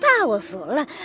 powerful